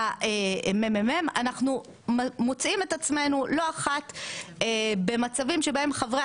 למ.מ.מ אנחנו מוצאים את עצמנו לא אחת במצבים שבהם חברי